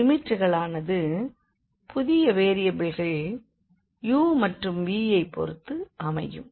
எனவே லிமிட்களானது புதிய வேரியபிள்கள் u மற்றும் v யைப் பொறுத்து அமையும்